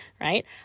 right